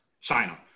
China